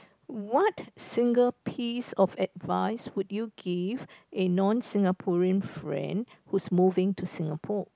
what single piece of advice would you give in non Singaporean friend who's moving to Singapore